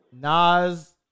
Nas